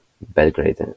Belgrade